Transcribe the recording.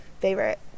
favorite